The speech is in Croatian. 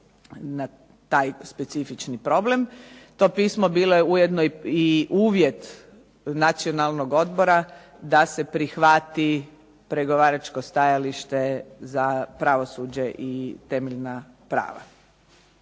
na taj specifični problem. To pismo bilo je ujedno i uvjet Nacionalnog odbora da se prihvati pregovaračko stajalište za pravosuđe i temeljna prava.